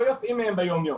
לא יוצאים מהם ביומיום.